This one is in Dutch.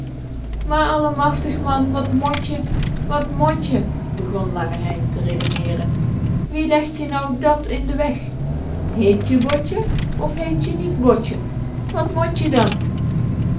maar allemachtig man wat mot je wat mot je begon lange hein te redeneeren wie legt je nou dat in de weg héét je botje of heet je niet botje wat mot je dan